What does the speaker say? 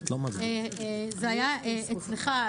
זה היה אצלך,